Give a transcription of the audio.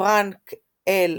פרנק ל.